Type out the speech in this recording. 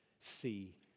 see